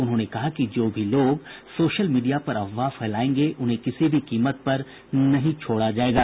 उन्होंने कहा कि जो भी लोग सोशल मीडिया पर अफवाह फैलायेंगे उन्हें किसी भी कीमत नहीं छोड़ा जायेगा